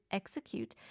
execute